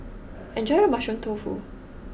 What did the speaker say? enjoy your Mushroom Tofu